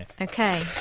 Okay